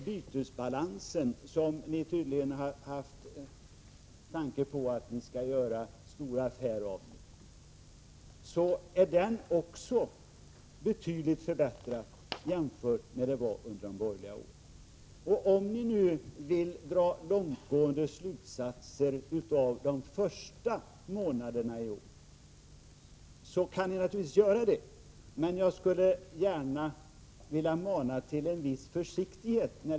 Bytesbalansen, som ni tydligen har tänkt göra en stor affär av, har också förbättrats betydligt jämfört med hur den var under de borgerliga regeringsåren. Om ni nu vill dra långtgående slutsatser av de första månaderna i år, kan ni naturligtvis göra det. Men jag skulle vilja mana er till en viss försiktighet.